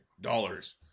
dollars